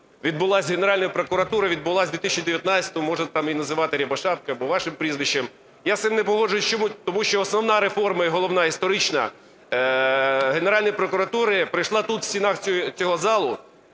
реформа Генеральної прокуратури відбулася в 2019-му, можна її там називати Рябошапки або вашим прізвищем, я з цим не погоджуюсь. Чому? Тому що основна реформа і головна історична Генеральної прокуратури пройшла тут в стінах цього залу